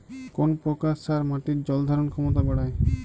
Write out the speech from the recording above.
কোন প্রকার সার মাটির জল ধারণ ক্ষমতা বাড়ায়?